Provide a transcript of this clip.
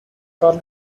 karl